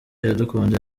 iradukunda